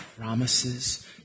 promises